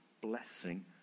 blessing